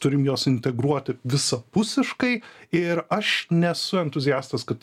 turim juos integruoti visapusiškai ir aš nesu entuziastas kad